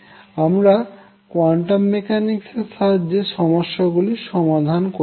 আমরা quantum mechanics এর সাহায্যে সমস্যা গুলি সমাধান করেছি